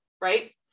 right